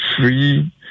free